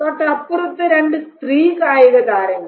തൊട്ടപ്പുറത്ത് രണ്ട് സ്ത്രീ കായികതാരങ്ങൾ